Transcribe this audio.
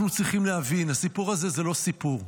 אנחנו צריכים להבין, הסיפור הזה זה לא סיפור,